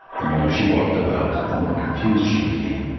the more she walked about, the more confused she became,